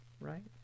Right